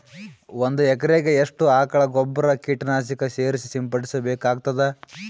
ಒಂದು ಎಕರೆಗೆ ಎಷ್ಟು ಆಕಳ ಗೊಬ್ಬರ ಕೀಟನಾಶಕ ಸೇರಿಸಿ ಸಿಂಪಡಸಬೇಕಾಗತದಾ?